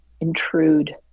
intrude